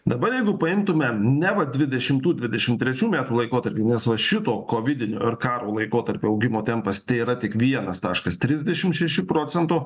dabar jeigu paimtume neva dvidešimtų dvidešimt trečių metų laikotarpį nes va šito kovidinio ar karo laikotarpio augimo tempas tėra tik vienas taškas trisdešimt šeši procento